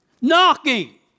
Knocking